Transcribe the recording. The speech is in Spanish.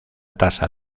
tasa